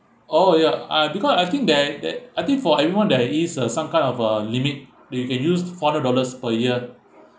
oh ya uh because I think that that I think for everyone there is uh some kind of uh limit they can use four hundred dollars per year